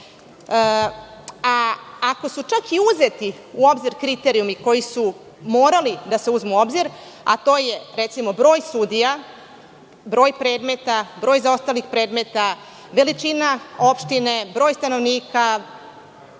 su čak i uzeti u obzir kriterijumi koji su morali da se uzmu u obzir, a to je recimo broj sudija, broj predmeta, broj zaostalih predmeta, veličina opštine, broj stanovnika,